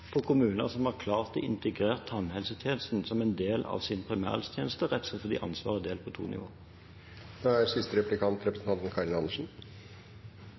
på kommuner som har klart å integrere tannhelsetjenesten som en del av sin primærhelsetjeneste, rett og slett fordi ansvaret er delt på to nivåer. Det er